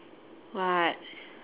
what